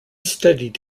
studied